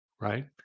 right